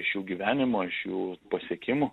iš jų gyvenimo iš jų pasiekimų